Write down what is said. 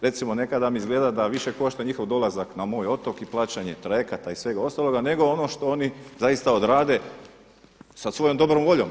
Recimo nekada mi izgleda da više košta njihov dolazak na moj otok i plaćanje trajekata i svega ostaloga nego ono što oni zaista odrade sa svojom dobrom voljom.